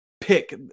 pick